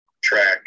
track